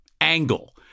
angle